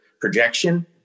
projection